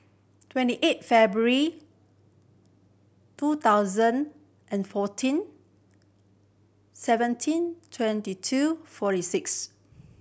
twenty eight February two thousand and fourteen seventeen twenty two forty six